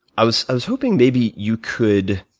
i was ah was hoping maybe you could